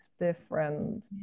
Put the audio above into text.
different